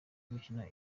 gukina